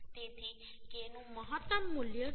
તેથી K નું મહત્તમ મૂલ્ય 0